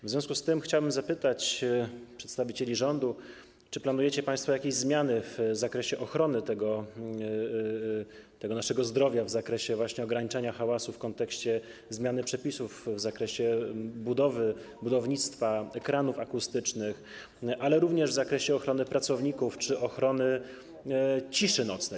W związku z tym chciałbym zapytać przedstawicieli rządu: Czy planujecie państwo jakieś zmiany w zakresie ochrony naszego zdrowia, w zakresie ograniczania hałasu w kontekście zmiany przepisów dotyczących budownictwa ekranów akustycznych, ale również w zakresie ochrony pracowników czy ochrony ciszy nocnej?